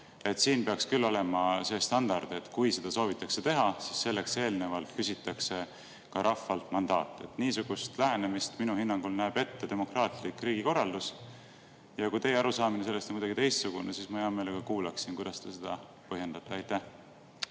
siin peaks küll olema see standard, et kui seda soovitakse teha, siis eelnevalt küsitakse selleks rahvalt mandaat. Niisugust lähenemist minu hinnangul näeb ette demokraatlik riigikorraldus. Kui teie arusaamine sellest on kuidagi teistsugune, siis ma hea meelega kuulaksin, kuidas te seda põhjendate. Suur